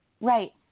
Right